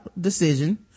decision